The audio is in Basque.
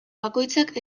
bakoitzak